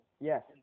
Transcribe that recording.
Yes